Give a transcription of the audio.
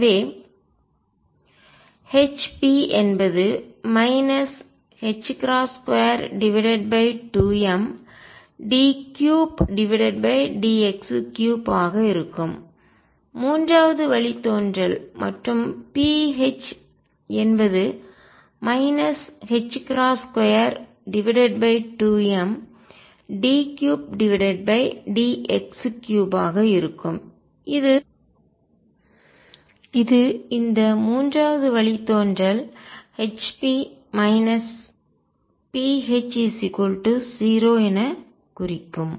எனவே Hp என்பது 22md3dx3 ஆக இருக்கும் மூன்றாவது வழித்தோன்றல் மற்றும் pH என்பது 22md3dx3 ஆக இருக்கும் இது இந்த மூன்றாவது வழித்தோன்றல் Hp pH 0 என குறிக்கும்